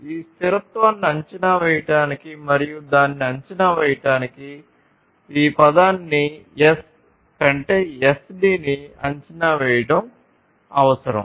ఈ స్థిరత్వాన్ని అంచనా వేయడానికి మరియు దానిని అంచనా వేయడానికి ఈ పదాన్ని S కంటే SD ని అంచనా వేయడం అవసరం